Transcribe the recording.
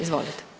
Izvolite.